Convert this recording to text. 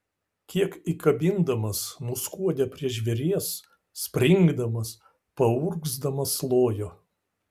kiek įkabindamas nuskuodė prie žvėries springdamas paurgzdamas lojo